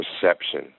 perception